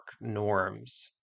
norms